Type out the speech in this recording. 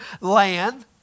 land